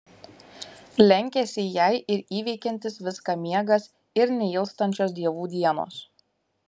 lenkiasi jai ir įveikiantis viską miegas ir neilstančios dievų dienos